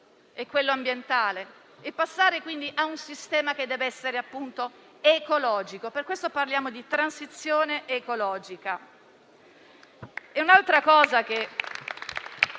- a un sistema che deve essere ecologico. Perciò parliamo di transizione ecologica.